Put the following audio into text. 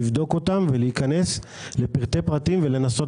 לבדוק אותן ולהיכנס לפרטי פרטים ולנסות